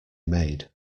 made